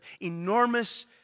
enormous